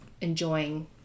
enjoying